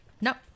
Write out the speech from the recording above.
Nope